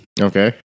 okay